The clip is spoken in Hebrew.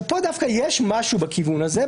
כאן דווקא יש משהו בכיוון הזה.